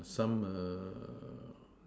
some err